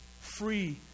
free